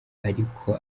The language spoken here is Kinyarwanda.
ariko